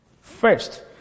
First